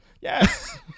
Yes